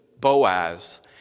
Boaz